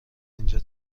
اینجا